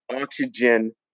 oxygen